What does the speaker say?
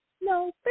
No